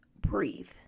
breathe